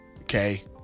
Okay